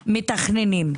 כשמתכננים.